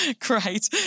great